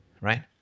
right